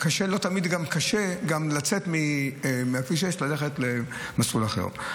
קשה גם לצאת מכביש 6 ולנסוע למסלול אחר.